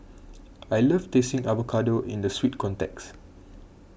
I love tasting avocado in the sweet context